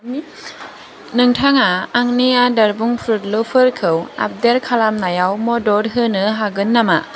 नोंथाङा आंनि आदार बुंफ्रुदलुफोरखौ आपदेट खालामनायाव मदद होनो हागोन नामा